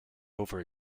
over